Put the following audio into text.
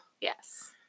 Yes